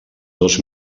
dos